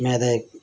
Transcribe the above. नेईं ते